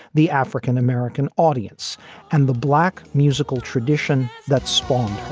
the african-american audience and the black musical tradition that spawned